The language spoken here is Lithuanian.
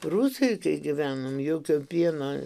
rusijoj gyvenom jokio pieno